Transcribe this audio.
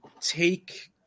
take